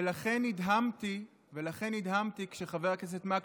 ולכן נדהמתי כשחבר הכנסת מקלב,